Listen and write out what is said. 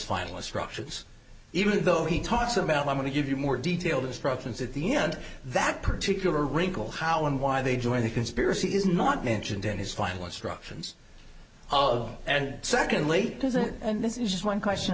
final structures even though he talks about i'm going to give you more detailed instructions at the end that particular wrinkle how and why they joined the conspiracy is not mentioned in his final instructions oh and secondly and this is just one question